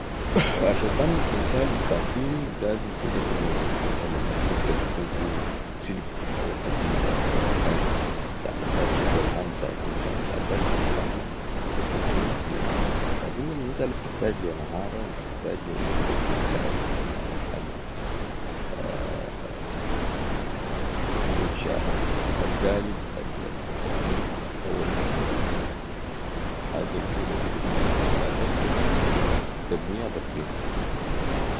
عشان تعمل تمثال بتاع طين لازم تدعمومثلا الهيكل يكون سلك او حديده او أي حاجه تعمل بيها الشكل العام بتاع التمثال وبعداك تجي تعمل تخت الطين فيهو لكن المساله بتحتاج لي مهارة وتحتاج لي انك تكون أنت بتعرف الحاجة دي انشاء القالب السلك او الحاجة الاولي دي بي السك بعداك تجي تبنيها بي الطين